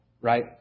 right